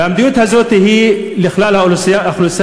והמדיניות הזאת היא לכלל האוכלוסייה,